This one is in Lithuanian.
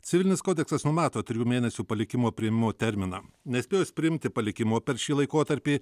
civilinis kodeksas numato trijų mėnesių palikimo priėmimo terminą nespėjus priimti palikimo per šį laikotarpį